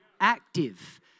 active